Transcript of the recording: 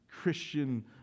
Christian